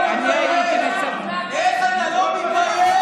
יעבור, אני הייתי מצפה, איך אתה לא מתבייש?